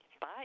bye